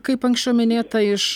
kaip anksčiau minėta iš